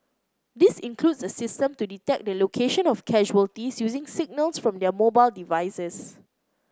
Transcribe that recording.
this includes a system to detect the location of casualties using signals from their mobile devices